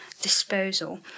disposal